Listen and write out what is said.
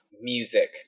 music